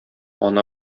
ана